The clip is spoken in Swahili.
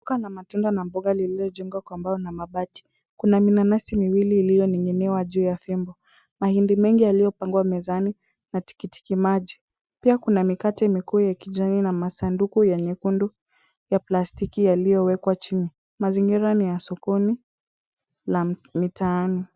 Duka la matunda na mboga lililojengwa kwa mbao na mabati. Kuna minanasi miwili iliyoning'iniwa juu ya fimbo. Mahindi mengi yaliyopangwa mezani na tikitikimaji. Pia kuna mikate mikuu ya kijani na masanduku ya nyekundu ya plastiki yaliyowekwa chini. Mazingira ni ya sokoni la mitaani.